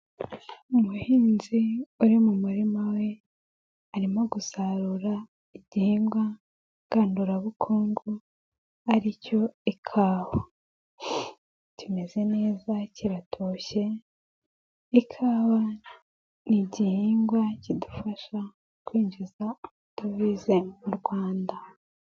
Umuhinzi uri mu murima we arimo gusarura igihingwa ngandurabukungu ari cyo ikawa, kimeze neza kiratoshye, ikawa ni igihingwa kidufasha kwinjiza amadovize mu Rwanda.